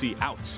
out